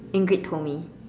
Ingrid told me